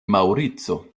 maŭrico